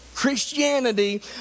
Christianity